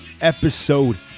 episode